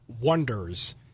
wonders